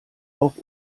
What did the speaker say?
auch